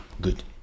good